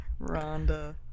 Rhonda